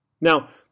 Now